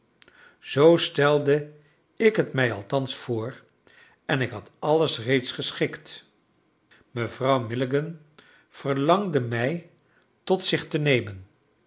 zoo stelde ik het mij althans voor en ik had alles reeds geschikt mevrouw milligan verlangde mij tot zich te nemen